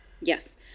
yes